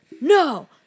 no